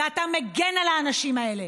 ואתה מגן על האנשים האלה,